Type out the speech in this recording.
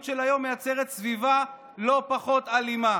של היום מייצרת סביבה לא פחות אלימה.